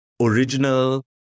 original